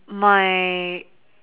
my